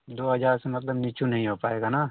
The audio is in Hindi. दो हज़ार से मतलब नीचे नहीं हो पाएगा ना